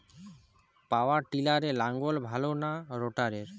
পাওয়ার টিলারে লাঙ্গল ভালো না রোটারের?